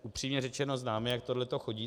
Upřímně řečeno, známe, jak tohle to chodí.